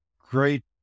great